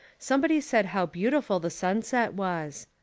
somebody said how beautiful the sunset was.